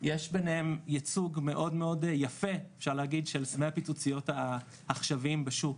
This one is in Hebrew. יש ביניהם ייצוג מאוד מאוד יפה של סמי הפיצוציות העכשוויים בשוק,